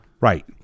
Right